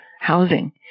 housing